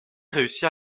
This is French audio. réussit